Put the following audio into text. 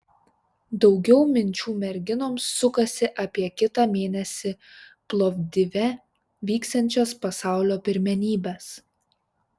daugiau minčių merginoms sukasi apie kitą mėnesį plovdive vyksiančias pasaulio pirmenybes